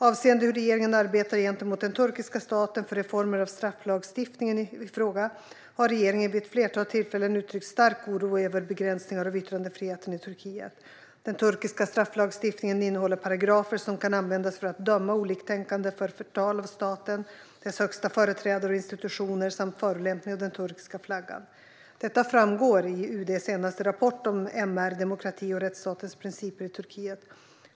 Avseende hur regeringen arbetar gentemot den turkiska staten för reformer av strafflagstiftningen i fråga har regeringen vid ett flertal tillfällen uttryckt stark oro över begränsningar av yttrandefriheten i Turkiet. Den turkiska strafflagstiftningen innehåller paragrafer som kan användas för att döma oliktänkande för förtal av staten, dess högsta företrädare och institutioner samt förolämpning av den turkiska flaggan. Detta framgår i UD:s senaste rapport om MR, demokrati och rättsstatens principer i Turkiet.